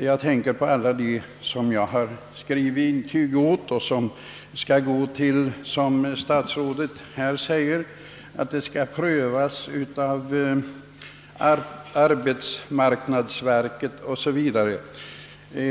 Jag tänker på alla dem som jag skrivit intyg åt; ansökningarna skall ju, som statsrådet säger, prövas av arbetsmarknadsverket 0. s. v.